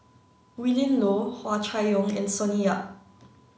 Willin Low Hua Chai Yong and Sonny Yap